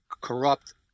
Corrupt